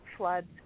floods